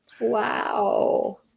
Wow